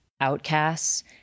outcasts